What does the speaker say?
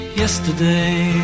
yesterday